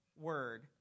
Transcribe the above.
word